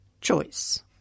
choice